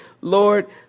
Lord